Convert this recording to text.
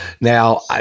Now